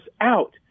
out